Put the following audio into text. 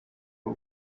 w’u